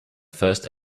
first